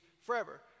forever